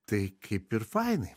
tai kaip ir fainai